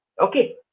Okay